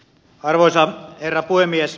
arvoisa herra puhemies